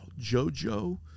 JoJo